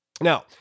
Now